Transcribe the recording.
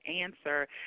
answer